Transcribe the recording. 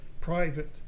private